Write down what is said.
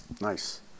Nice